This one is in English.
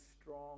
strong